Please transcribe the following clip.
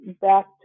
back